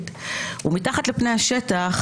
משפחות שלמות,